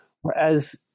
Whereas